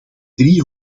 drie